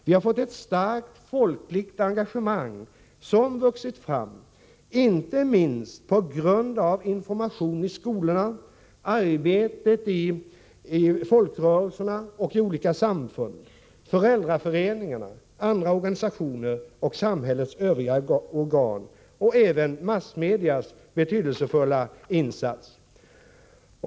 Vi har fått ett starkt folkligt engagemang, som vuxit fram inte minst på grund av informationen i skolorna, arbetet i folkrörelserna och i olika samfund, i föräldraföreningarna, inom andra organisationer och inom samhällets övriga organ. Även massmedias insats har varit betydelsefull.